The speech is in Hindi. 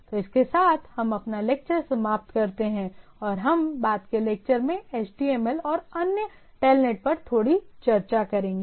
तो इसके साथ हम अपना लेक्चर समाप्त करते हैं और हम बाद के लेक्चर में HTML और अन्य TELNET पर थोड़ी चर्चा करेंगे